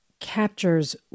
captures